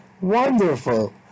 wonderful